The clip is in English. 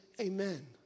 amen